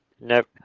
Nope